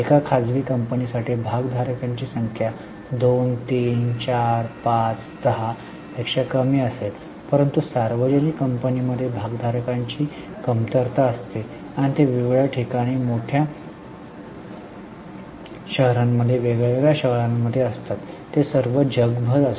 एका खाजगी कंपनीसाठी भागधारकांची संख्या 2 3 4 5 10 पेक्षा कमी असेल परंतु सार्वजनिक कंपनीमध्ये भागधारकांची कमतरता असते आणि ते वेगवेगळ्या ठिकाणी मोठ्या शहरांमध्ये वेगवेगळ्या शहरांमध्ये असतात ते सर्व जगभर आहेत